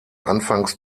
anfangs